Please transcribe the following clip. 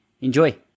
Enjoy